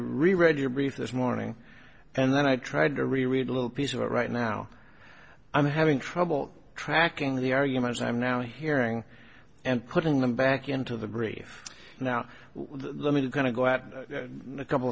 really read your brief this morning and then i tried to reread a little piece of it right now i'm having trouble tracking the arguments i'm now hearing and putting them back into the brief now let me going to go out a couple